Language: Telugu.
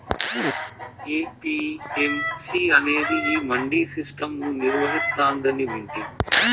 ఏ.పీ.ఎం.సీ అనేది ఈ మండీ సిస్టం ను నిర్వహిస్తాందని వింటి